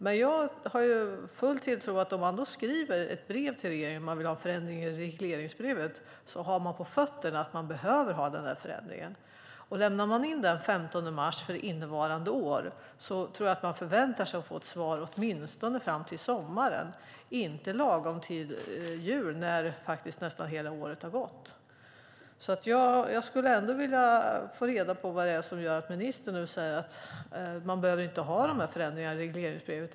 Men jag har full tilltro till att om man skriver ett brev till regeringen och vill ha en förändring i regleringsbrevet har man på fötterna att man behöver den förändringen. Lämnar man in framställan den 15 mars innevarande år tror jag att man förväntar sig att få ett svar åtminstone till sommaren, inte lagom till jul när nästan hela året har gått. Jag skulle ändå vilja få reda på vad det är som gör att ministern säger att man inte behöver göra någon förändring i regleringsbrevet.